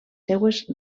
seues